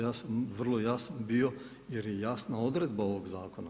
Ja sam vrlo jasan bio jer je jasna odredba ovog zakona.